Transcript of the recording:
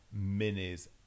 minis